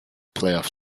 playoff